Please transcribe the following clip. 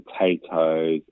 potatoes